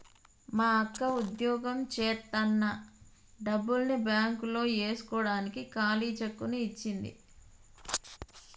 మా అక్క వుద్యోగం జేత్తన్న డబ్బుల్ని బ్యేంకులో యేస్కోడానికి ఖాళీ చెక్కుని ఇచ్చింది